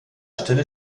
stelle